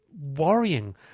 worrying